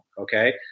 okay